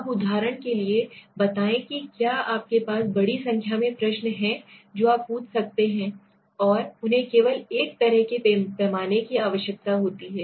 अब उदाहरण के लिए बताएं कि क्या आपके पास बड़ी संख्या में प्रश्न है जो आप पूछ सकते हैं और उन्हें केवल एक तरह के पैमाने की आवश्यकता होती है